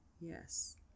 Yes